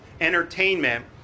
Entertainment